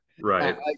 Right